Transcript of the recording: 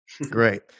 Great